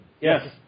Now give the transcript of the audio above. Yes